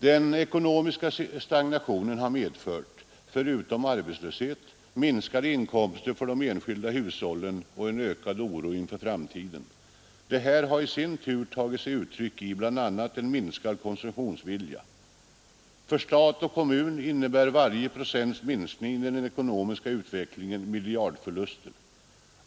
Den ekonomiska stagnationen har förutom arbetslöshet medfört minskade inkomster för de enskilda hushållen och en ökad oro inför framtiden. Detta har i sin tur tagit sig uttryck i bl.a. en minskad konsumtionsvilja. För stat och kommun innebär varje procents minskning i den ekonomiska utvecklingen miljardförluster.